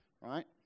right